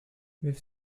with